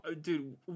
dude